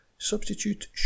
Substitute